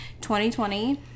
2020